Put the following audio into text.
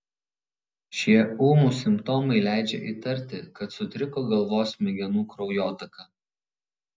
šie ūmūs simptomai leidžia įtarti kad sutriko galvos smegenų kraujotaka